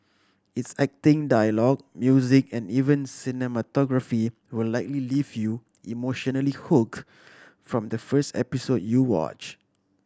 its acting dialogue music and even cinematography will likely leave you emotionally hooked from the first episode you watch